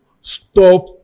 stop